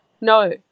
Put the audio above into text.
no